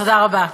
תודה רבה,